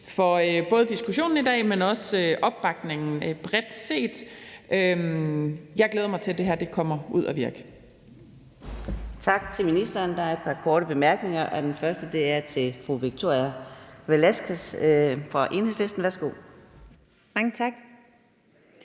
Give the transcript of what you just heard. for både diskussionen i dag, men også for opbakningen bredt set. Jeg glæder mig til, at det her kommer ud at virke.